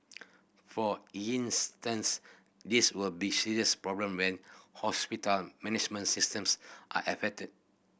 for instance this will be serious problem when hospital management systems are affected